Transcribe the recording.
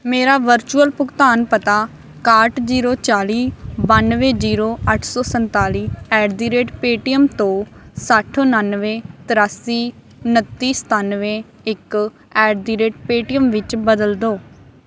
ਮੇਰਾ ਵਰਚੁਅਲ ਭੁਗਤਾਨ ਪਤਾ ਇਕਾਹਠ ਜ਼ੀਰੋ ਚਾਲੀ ਬਾਨਵੇਂ ਜ਼ੀਰੋ ਅੱਠ ਸੌ ਸੰਤਾਲੀ ਐਟ ਦ ਰੇਟ ਪੇਟੀਐਮ ਤੋਂ ਸੱਠ ਉਣਾਨਵੇਂ ਤਰਾਸੀ ਉਣੱਤੀ ਸਤਾਨਵੇਂ ਇੱਕ ਐਟ ਦੀ ਰੇਟ ਪੇਟੀਐਮ ਵਿੱਚ ਬਦਲੋ ਦੋ